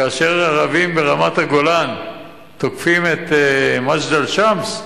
כאשר ערבים ברמת-הגולן תוקפים את מג'דל-שמס,